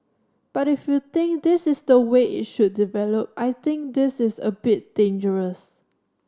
but if you think this is the way it should develop I think this is a bit dangerous